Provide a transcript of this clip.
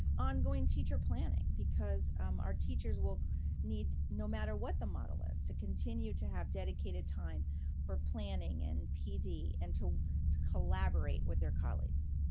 ongoing teacher planning because our teachers will need no matter what the model is to continue to have dedicated time for planning and pd and to to collaborate with their colleagues.